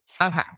Okay